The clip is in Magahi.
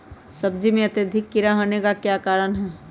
सब्जी में अत्यधिक कीड़ा होने का क्या कारण हैं?